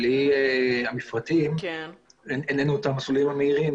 בלי המפרטים אין לנו את המסלולים המהירים